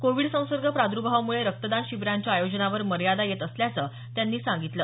Covid संसर्ग प्रादर्भावामुळे रक्तदान शिबिरांच्या आयोजनावर मर्यादा येत असल्याचं त्यांनी सांगितलं